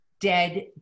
dead